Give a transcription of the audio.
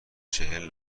چهل